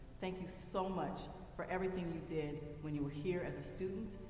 thank you so much for everything you did when you were here as a student,